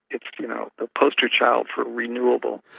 it's you know the posterchild for renewable.